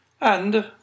And